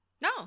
No